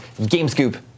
gamescoop